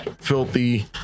filthy